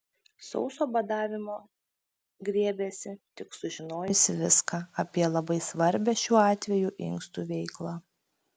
sauso badavimo griebėsi tik sužinojusi viską apie labai svarbią šiuo atveju inkstų veiklą